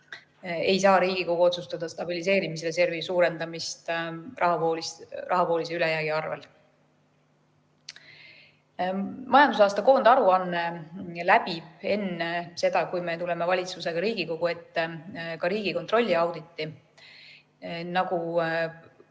ei saa Riigikogu otsustada stabiliseerimisreservi suurendamist rahavoolise ülejäägi arvel. Majandusaasta koondaruanne läbib enne seda, kui valitsus tuleb Riigikogu ette, ka Riigikontrolli auditi. Nagu